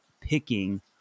picking